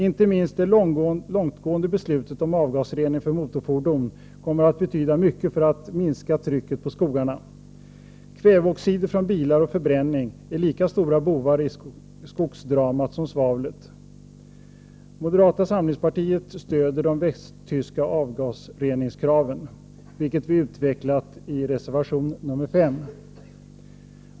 Inte minst det långtgående beslutet om avgasrening för motorfordon kommer att betyda mycket för att minska trycket på skogarna. Kväveoxider från bilar och förbränning är lika stora bovar i skogsdramat som svavlet. Moderata samlingspartiet stöder de västtyska avgasreningskraven, vilket vi utvecklat i reservation 5.